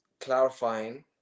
clarifying